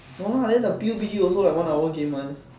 no lah then the PUB-G also like one hour game one